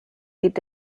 geht